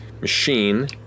machine